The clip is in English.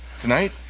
tonight